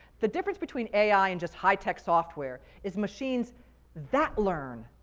the difference between ai and just high-tech software is machines that learn,